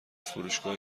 فروشگاه